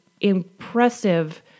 impressive